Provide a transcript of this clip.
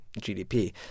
GDP